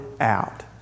out